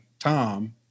Tom